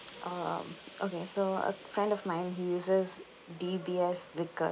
um okay so a friend of mine he uses D_B_S vickers